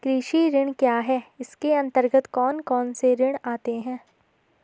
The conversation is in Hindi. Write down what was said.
कृषि ऋण क्या है इसके अन्तर्गत कौन कौनसे ऋण आते हैं?